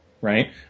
right